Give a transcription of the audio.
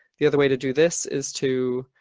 the other way to do this is to